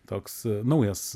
toks naujas